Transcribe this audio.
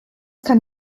kann